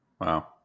Wow